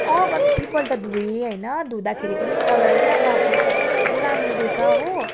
अँ कति पल्ट धोएँ होइन धुँदाखेरि पनि कलर नै नगएको कस्तो राम्रो रहेछ हो